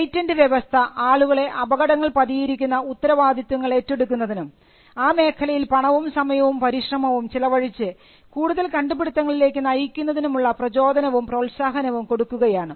patent വ്യവസ്ഥ ആളുകളെ അപകടങ്ങൾ പതിയിരിക്കുന്ന ഉത്തരവാദിത്വങ്ങൾ ഏറ്റെടുക്കുന്നതിനും ആ മേഖലയിൽ പണവും സമയവും പരിശ്രമവും ചിലവഴിച്ച് കൂടുതൽ കണ്ടുപിടിത്തങ്ങളിലേക്ക് നയിക്കുന്നതിനുള്ള പ്രചോദനവും പ്രോത്സാഹനവും കൊടുക്കുകയാണ്